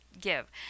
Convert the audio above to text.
give